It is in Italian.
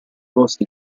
costi